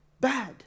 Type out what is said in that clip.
bad